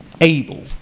able